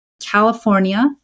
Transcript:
California